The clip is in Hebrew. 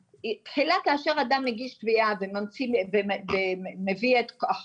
תחילה כאשר אדם מגיש תביעה ומביא את כל